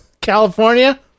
california